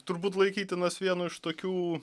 turbūt laikytinas vienu iš tokių